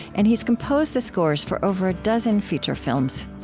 and he's composed the scores for over a dozen feature films.